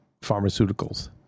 pharmaceuticals